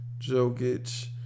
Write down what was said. Jokic